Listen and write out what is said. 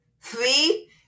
Three